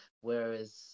whereas